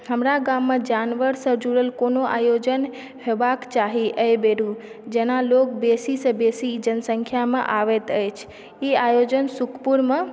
हमरा गाममे जानवरसऽ जुड़ल कोनो आयोजन हेबाक चाही अइ बेर जेना लोक बेसीसऽ बेसी जनसङ्ख्यामे आबैत अछि ई आयोजन सुखपुरमे